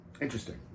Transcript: Interesting